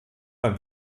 beim